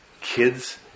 Kids